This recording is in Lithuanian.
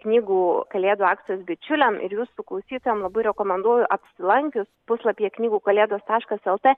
knygų kalėdų akcijos bičiuliam ir jūsų klausytojam labai rekomenduoju apsilankius puslapyje knygų kalėdos taškas el t